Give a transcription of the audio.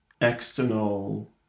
external